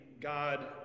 God